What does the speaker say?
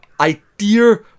idea